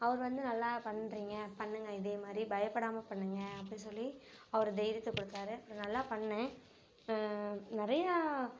அவர் வந்து நல்லா பண்றீங்க பண்ணுங்கள் இதே மாதிரி பயப்படாமல் பண்ணுங்கள் அப்படி சொல்லி அவர் தைரியத்தை கொடுத்தாரு நா நல்லா பண்ணேன் நிறையா